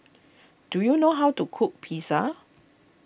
do you know how to cook Pizza